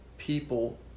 people